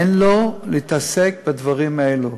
אין לה להתעסק בדברים האלה.